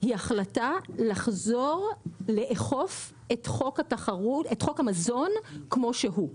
היא החלטה לחזור לאכוף את חוק המזון כמו שהוא,